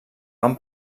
van